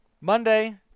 Monday